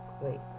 Wait